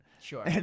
Sure